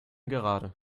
gerade